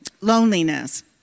loneliness